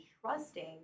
trusting